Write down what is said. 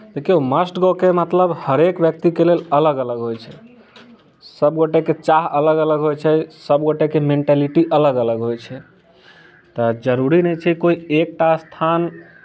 देखियौ must go के मतलब हरेक व्यक्तिके लेल अलग अलग होइत छै सभ गोटएके चाह अलग अलग होइत छै सभ गोटएके मेंटेलिटी अलग अलग होइ छै तऽ जरूरी नहि छै कोइ एकटा स्थान